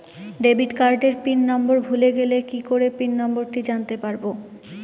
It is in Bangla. ডেবিট কার্ডের পিন নম্বর ভুলে গেলে কি করে পিন নম্বরটি জানতে পারবো?